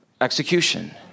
execution